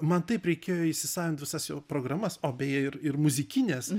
man taip reikėjo įsisavint visas jo programas o beje ir ir muzikines